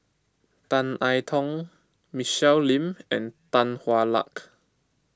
Tan I Tong Michelle Lim and Tan Hwa Luck